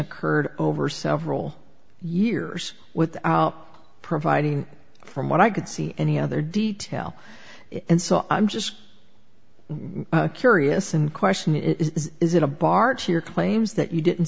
occurred over several years without providing from what i could see any other detail and so i'm just curious and question is is it a bartsch your claims that you didn't